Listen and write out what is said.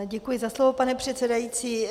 Děkuji za slovo, pane předsedající.